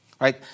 right